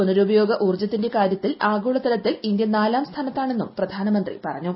പുനരുപയോഗ ഊർജ്ജത്തിന്റെ കാര്യത്തിൽ ആഗോളതലത്തിൽ ഇന്ത്യ നാലാം സ്ഥാനത്താണെന്നും പ്രധാനമന്ത്രി പറഞ്ഞു